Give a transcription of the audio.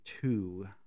two